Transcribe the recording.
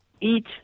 eat